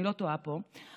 אני לא טועה פה,